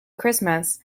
christmas